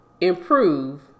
improve